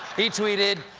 he tweeted,